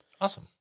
Awesome